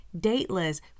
dateless